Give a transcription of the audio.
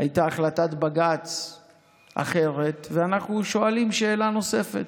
הייתה החלטת בג"ץ אחרת, ואנחנו שואלים שאלה נוספת.